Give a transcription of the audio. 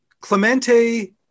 Clemente